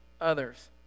others